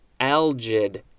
algid